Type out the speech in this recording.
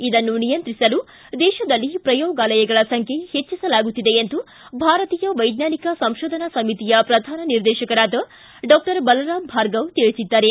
ಇದನ್ನು ನಿಯಂತ್ರಿಸಲು ದೇಶದಲ್ಲಿ ಪ್ರಯೋಗಾಲಯಗಳ ಸಂಖ್ಯೆ ಹೆಚ್ಚಿಸಲಾಗುತ್ತಿದೆ ಎಂದು ಭಾರತೀಯ ವೈಜ್ಞಾನಿಕ ಸಂಶೋಧನಾ ಸಮಿತಿಯ ಪ್ರಧಾನ ನಿರ್ದೇಶಕರಾದ ಡಾಕ್ಟರ್ ಬಲರಾಮ ಭಾರ್ಗವ ತಿಳಿಬಿದ್ದಾರೆ